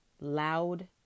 Loud